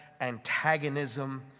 antagonism